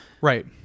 Right